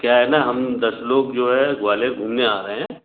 क्या है ना हम दस लोग जो है ग्वालियर घूमने आ रहे हैं